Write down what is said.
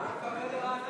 הוא התכוון לרעננה.